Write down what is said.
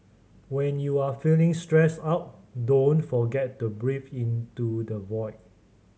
when you are feeling stressed out don't forget to breathe into the void